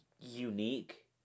unique